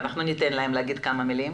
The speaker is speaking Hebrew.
ואנחנו ניתן להם להגיד כמה מילים,